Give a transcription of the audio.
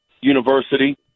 University